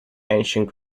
ancient